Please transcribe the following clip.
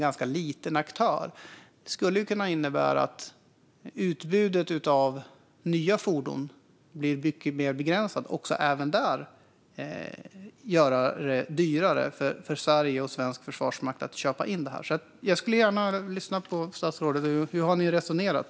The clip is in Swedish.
Det skulle kunna leda till att utbudet av nya fordon blir mycket mer begränsat och att det skulle bli dyrare för Sverige och svensk försvarsmakt att köpa in dem. Jag lyssnar gärna på vad statsrådet har att säga om hur ni har resonerat.